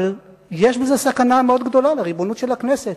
אבל יש בזה סכנה מאוד גדולה לריבונות של הכנסת,